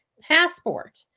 passport